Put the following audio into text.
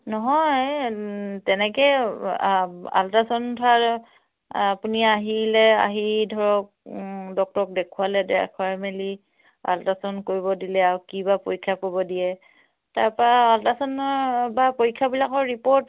নহয় তেনেকে আল্ট্ৰাচাউণ্ড ধৰক আপুনি আহিলে আহি ধৰক ডক্তৰক দেখুৱালে দেখুৱাই মেলি আল্ট্ৰাচাউণ্ড কৰিব দিলে আৰু কি বা পৰীক্ষা কৰিব দিয়ে তাৰপৰা আল্ট্ৰাচাউণ্ড বা পৰীক্ষাবিলাকৰ ৰিপৰ্ট